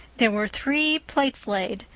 there were three plates laid,